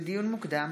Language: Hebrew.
לדיון מוקדם: